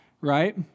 Right